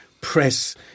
press